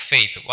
Faith